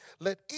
Let